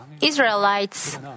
Israelites